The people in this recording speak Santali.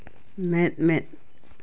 ᱢᱮᱸᱫ ᱢᱮᱸᱫ